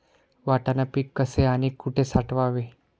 वाटाणा पीक कसे आणि कुठे साठवावे?